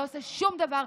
לא עושה שום דבר,